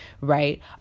right